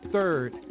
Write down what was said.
Third